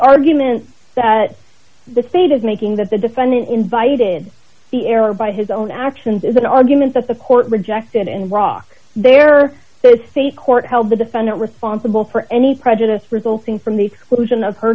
arguments that the state is making that the defendant invited the error by his own actions is an argument that the court rejected and rocks there are so it's a court held the defendant responsible for any prejudice resulting from the exclusion of her